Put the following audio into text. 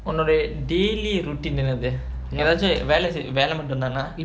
உன்னோட:unnoda daily routine என்னது எதாச்சு வேல வேல மட்டுந்தானா:ennathu ethaachu vela vela mattunthaanaa